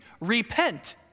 Repent